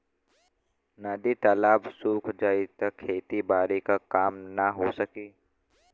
नदी तालाब सुख जाई त खेती बारी क काम ना हो सकी